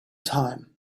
time